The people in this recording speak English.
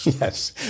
Yes